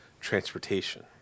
transportation